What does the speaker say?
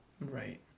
right